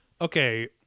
okay